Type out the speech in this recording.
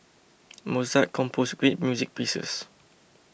Mozart composed great music pieces